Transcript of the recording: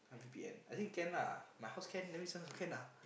V_P_N I think can lah my house can lah that mean this one also can lah